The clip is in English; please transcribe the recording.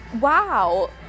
wow